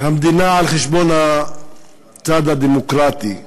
המדינה על חשבון הצד הדמוקרטי שבה.